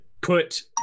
put